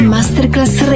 Masterclass